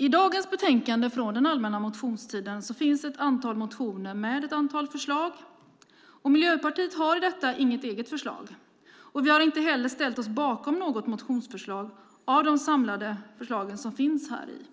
I dagens betänkande från den allmänna motionstiden finns ett antal motioner med ett antal förslag. Miljöpartiet har i detta inget eget förslag. Vi har inte heller ställt oss bakom något motionsförslag av de samlade förslag som finns i betänkandet.